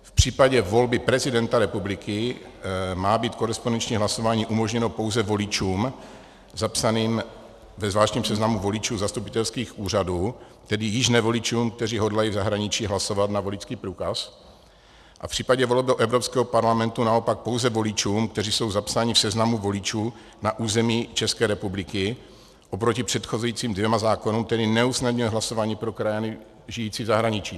V případě volby prezidenta republiky má být korespondenční hlasování umožněno pouze voličům zapsaným ve zvláštním seznamu voličů zastupitelských úřadů, tedy již ne voličům, kteří hodlají v zahraničí hlasovat na voličský průkaz, a v případě voleb do Evropského parlamentu naopak pouze voličům, kteří jsou zapsáni v seznamu voličů na území České republiky oproti předcházejícím dvěma zákonům, které neusnadňují hlasování pro krajany žijící v zahraničí.